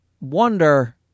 wonder